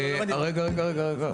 רגע רגע רגע,